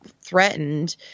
threatened